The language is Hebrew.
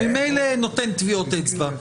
הוא ממילא נותן טביעות אצבע,